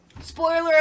Spoiler